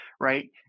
right